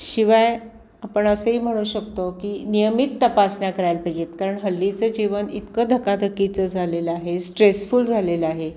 शिवाय आपण असेही म्हणू शकतो की नियमित तपासण्या करायला पाहिजेत कारण हल्लीचं जीवन इतकं धकाधकीचं झालेलं आहे स्ट्रेसफुल झालेलं आहे